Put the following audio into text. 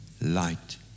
light